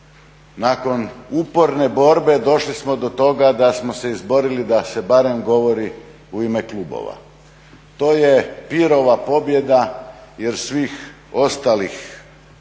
Nakon uporne borbe došli smo do toga da smo se izborili da se barem govori u ime klubova. To je pirova pobjeda jer svih ostalih